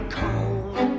cold